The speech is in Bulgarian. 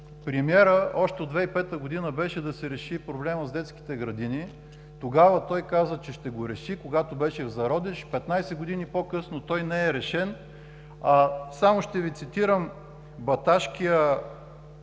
премиера още от 2005 г. беше да се реши проблемът с детските градини. Тогава той каза, че ще го реши – когато беше в зародиш, а 15 години по-късно проблемът не е решен. Само ще Ви цитирам – Баташкият